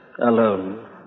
alone